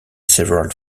several